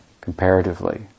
comparatively